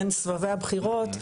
בין סבבי הבחירות,